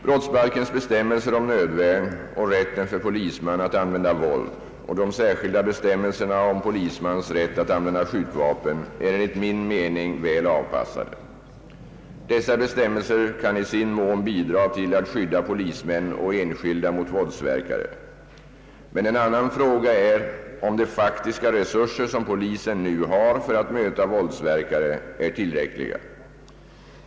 Brottsbalkens bestämmelser om nödvärn och rätten för polisman att använda våld samt de särskilda bestämmelserna om polismans rätt att använda skjutvapen är enligt min mening väl avpassade. Dessa bestämmelser kan i sin mån bidra till att skydda polismän och enskilda mot våldsverkare. Men en annan fråga är om de faktiska resurser som polisen nu har för att möta våldsverkare är tillräckliga.